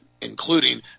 including